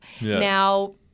Now